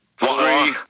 three